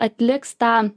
atliks tą